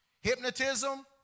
hypnotism